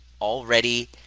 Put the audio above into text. already